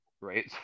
right